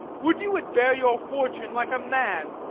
would you would bear your fortune like a man!